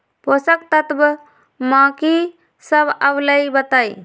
पोषक तत्व म की सब आबलई बताई?